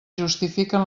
justifiquen